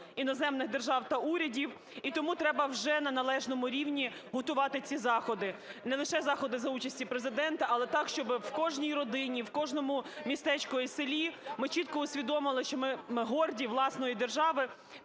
іноземних держав та урядів. І тому треба вже на належному рівні готувати ці заходи, не лише заходи за участі Президента, але так, щоб у кожній родині, в кожному містечку і селі ми чітко усвідомили, що ми горді власною державою